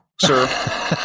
sir